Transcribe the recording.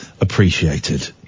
appreciated